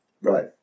Right